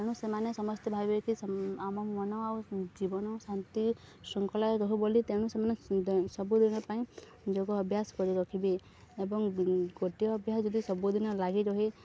ତେଣୁ ସେମାନେ ସମସ୍ତେ ଭାବିବେ କିି ଆମ ମନ ଆଉ ଜୀବନ ଶାନ୍ତି ଶୃଙ୍ଖଳା ରହୁ ବୋଲି ତେଣୁ ସେମାନେ ସବୁଦିନ ପାଇଁ ଯୋଗ ଅଭ୍ୟାସ କରି ରଖିବେ ଏବଂ ଗୋଟିଏ ଅଭ୍ୟାସ ଯଦି ସବୁଦିନ ଲାଗି ରହେ